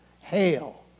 hail